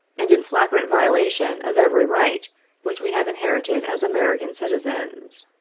and in flagrant violation of every right which we have inherited as american citizens.